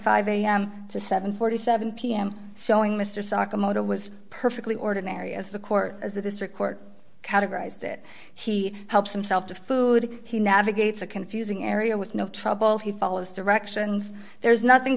five am to seven forty seven pm sewing mr sakamoto was perfectly ordinary as the court as a district court categorized it he helps himself to food he navigates a confusing area with no trouble he follows directions there's nothing